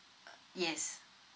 uh yes